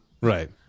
Right